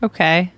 Okay